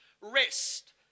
Rest